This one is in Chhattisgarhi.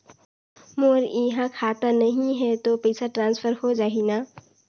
मोर इहां खाता नहीं है तो पइसा ट्रांसफर हो जाही न?